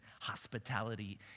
hospitality